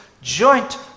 joint